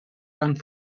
aan